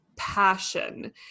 passion